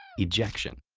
ejection.